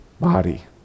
body